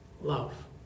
love